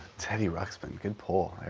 teddy ruxpin, good pull.